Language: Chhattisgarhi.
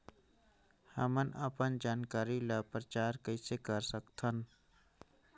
हमन अपन जानकारी ल प्रचार कइसे कर सकथन?